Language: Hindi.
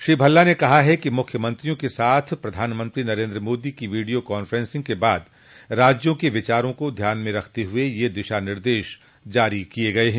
श्री भल्ला ने कहा है कि मुख्यमंत्रियों के साथ प्रधानमंत्री नरेन्द्र मोदी की वीडियो कॉन्फ्रेंसिंग के बाद राज्यों के विचारों को ध्यान में रखते हुए ये दिशा निर्देश जारी किए गये हैं